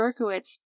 Berkowitz